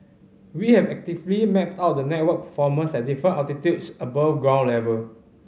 we have actively mapped out the network performance at different altitudes above ground level